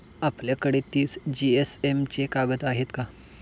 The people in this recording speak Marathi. आपल्याकडे तीस जीएसएम चे कागद आहेत का?